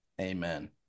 amen